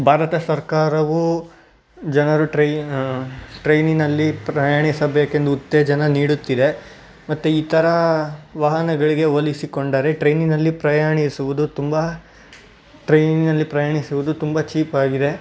ಭಾರತ ಸರ್ಕಾರವು ಜನರು ಟ್ರೈನ್ ಟ್ರೈನಿನಲ್ಲಿ ಪ್ರಯಾಣಿಸಬೇಕೆಂದು ಉತ್ತೇಜನ ನೀಡುತ್ತಿದೆ ಮತ್ತು ಈ ಥರ ವಾಹನಗಳಿಗೆ ಹೋಲಿಸಿಕೊಂಡರೆ ಟ್ರೈನಿನಲ್ಲಿ ಪ್ರಯಾಣಿಸುವುದು ತುಂಬ ಟ್ರೈನಿನಲ್ಲಿ ಪ್ರಯಾಣಿಸುವುದು ತುಂಬ ಚೀಪಾಗಿದೆ